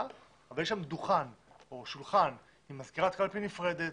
אבל יש שם דוכן או שולחן עם מזכירת קלפי נפרדת,